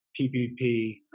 PPP